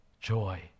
joy